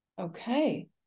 Okay